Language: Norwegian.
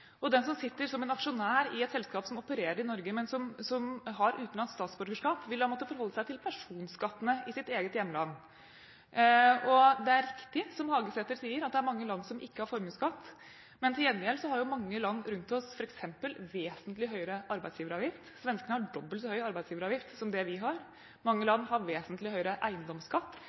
Den som sitter som aksjonær i et selskap som opererer i Norge, men som har utenlandsk statsborgerskap, vil da måtte forholde seg til personskattene i sitt eget hjemland. Det er riktig, som Hagesæter sier, at det er mange land som ikke har formuesskatt, men til gjengjeld har mange land rundt oss f.eks. vesentlig høyere arbeidsgiveravgift. Svenskene har dobbelt så høy arbeidsgiveravgift som det vi har, mange land har vesentlig høyere eiendomsskatt,